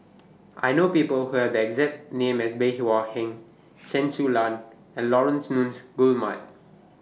I know People Who Have The exact name as Bey Hua Heng Chen Su Lan and Laurence Nunns Guillemard